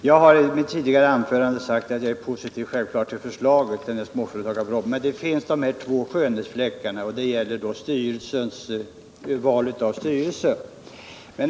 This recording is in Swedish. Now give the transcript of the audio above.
Herr talman! Jag har i mitt tidigare anförande sagt att jag är positiv till förslaget när det gäller småföretagens utveckling — det är självklart att jag är det. Men det finns ett par skönhetsfläckar.